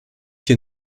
hier